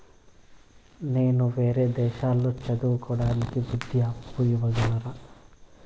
నేను వేరే దేశాల్లో చదువు కోవడానికి విద్యా అప్పు ఇవ్వగలరా?